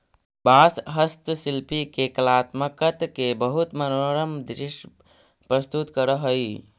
बाँस हस्तशिल्पि के कलात्मकत के बहुत मनोरम दृश्य प्रस्तुत करऽ हई